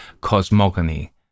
Cosmogony